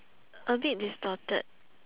a bit distorted